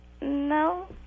no